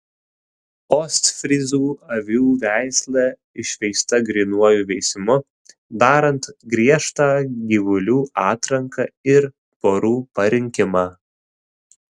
ostfryzų avių veislė išvesta grynuoju veisimu darant griežtą gyvulių atranką ir porų parinkimą